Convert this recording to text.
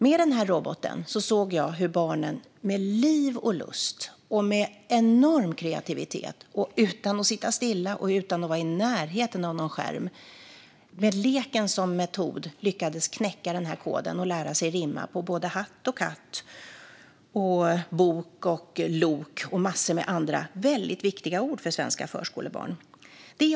När det gäller roboten såg jag hur barnen med liv och lust, med enorm kreativitet, utan att sitta stilla och utan att vara i närheten av en skärm lyckades knäcka koden med leken som metod och lära sig rimma på både hatt och katt, bok och lok och en massa andra ord som är viktiga för svenska förskolebarn.